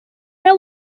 know